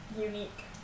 unique